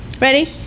Ready